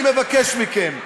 אני מבקש מכם,